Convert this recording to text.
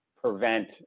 prevent